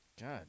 God